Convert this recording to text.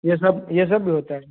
यह सब यह सब भी होता है